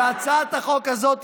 והצעת החוק הזאת,